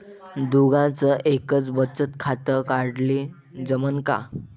दोघाच एकच बचत खातं काढाले जमनं का?